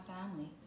family